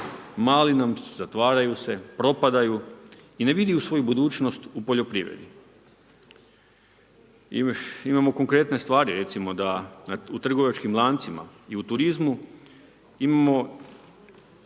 mali nam, zatvaraju se, propadaju i ne vide svoju budućnost u poljoprivredi. Imamo konkretne stvari, recimo, da u trgovačkim lancima i u turizmu imamo